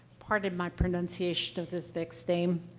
pardon my pronunciation of this next name.